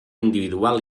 individual